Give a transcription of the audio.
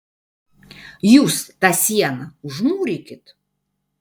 jūs tą sieną užmūrykit